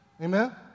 Amen